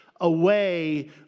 away